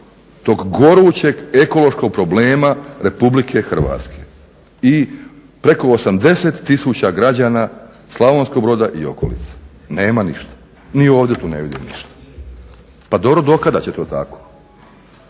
tog gorućeg ekološkog problema Republike Hrvatske i preko 80000 građana Slavonskog Broda i okolice. Nema ništa, ni ovdje ne vidim ništa. Pa dobro do kada će to tako,